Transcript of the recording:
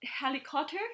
helicopter